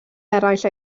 eraill